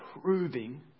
proving